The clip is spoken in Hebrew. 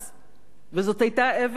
וזאת היתה אבן יסוד,